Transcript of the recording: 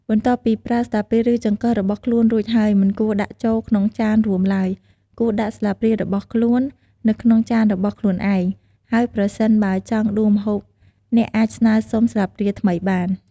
បន្ទាប់ពីប្រើស្លាបព្រាឬចង្កឹះរបស់ខ្លួនរួចហើយ មិនគួរដាក់ចូលក្នុងចានរួមឡើយ គួរដាក់ស្លាបព្រារបស់ខ្លួននៅក្នុងចានរបស់ខ្លួនឯង ហើយប្រសិនបើចង់ដួសម្ហូបអ្នកអាចស្នើសុំស្លាបព្រាថ្មីបាន។